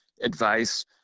advice